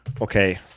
okay